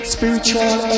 Spiritual